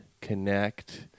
connect